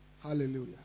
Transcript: hallelujah